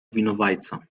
winowajca